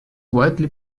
widely